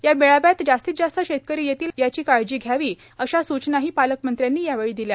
या मेळाव्यात जास्तीत जास्त शेतकरी येतील याची काळजी घ्यावी अशा ही सुचना पालकमंत्र्यांनी यावेळी दिल्या